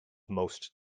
most